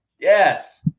Yes